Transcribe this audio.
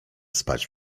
spać